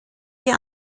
die